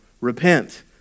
Repent